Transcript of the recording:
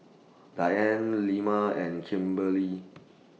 Dianne Lemma and Kimberlee